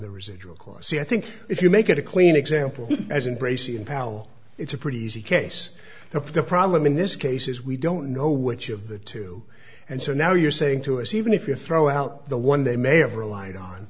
the residual corsi i think if you make it a clean example as embrace ian powell it's a pretty easy case the problem in this case is we don't know which of the two and so now you're saying to us even if you throw out the one they may have relied on